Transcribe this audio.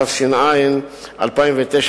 התש"ע 2009,